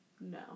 No